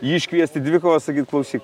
jį iškviesti į dvikojvą sakyti klausyk